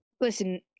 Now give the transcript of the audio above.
Listen